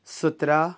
सतरा